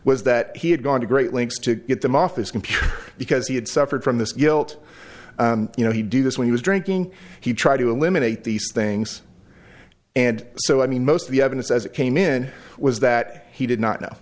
was that he had gone to great lengths to get them off his computer because he had suffered from this guilt you know he do this when he was drinking he tried to eliminate these things and so i mean most of the evidence as it came in was that he did not know